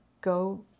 go